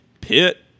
Pitt